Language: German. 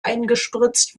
eingespritzt